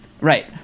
Right